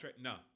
no